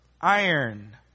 iron